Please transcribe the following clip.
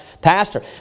pastor